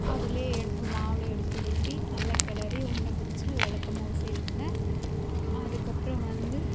அதிலே எடுத்து மாவுலேயே எடுத்து ஊற்றி நல்லா கிளறி உருண்டை பிடிச்சு விளக்கு மாவு செய்வோங்க அதுக்கப்புறம் வந்து